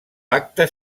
pacte